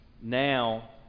now